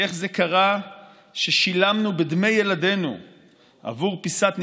איך זה קרה ששילמנו בדמי ילדינו עבור פיסת נייר,